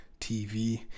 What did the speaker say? TV